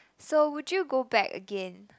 so would you go back again